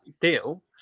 deal